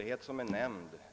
Herr talman!